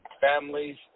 families